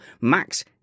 Max